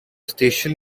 station